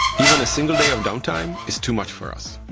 even a single day of downtime is too much for us,